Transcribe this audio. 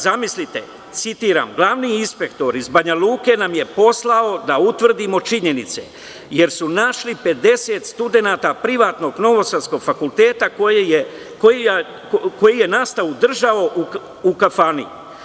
Zamislite, citiram, glavni inspektor iz Banjaluke nam je poslao da utvrdimo činjenice, jer su našli 50 studenata privatnog novosadskog fakulteta koji je nastavu u državi u kafani.